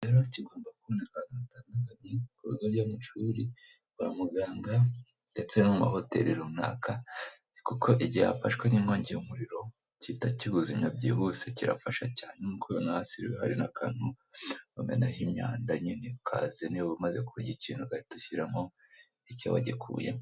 Bitandukanye ibikorwa by'amashuri kwa muganga ndetse no mu mahoteli runaka kuko igihe yafashwe n'inkongi y'umuriro gihita cyiwubuzimya byihuse kirafasha cyane nasi hari n'akantu bamenaho imyanda nyine ukaza niyo umaze kurya ikintu ugahita ushyiramo ikibagikuyemo.